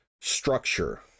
structure